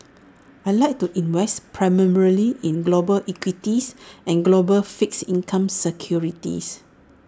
I Like to invest primarily in global equities and global fixed income securities